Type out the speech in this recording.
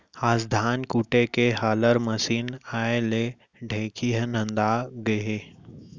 आज धान कूटे के हालर मसीन आए ले ढेंकी ह नंदा गए हे